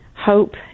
hope